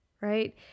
right